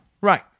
right